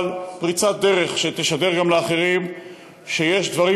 אבל פריצת דרך שתשדר גם לאחרים שיש דברים